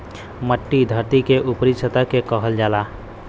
मट्टी धरती के ऊपरी सतह के कहल जाला